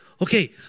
Okay